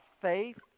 faith